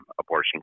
abortion